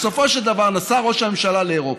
בסופו של דבר נסע ראש הממשלה לאירופה.